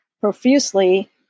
profusely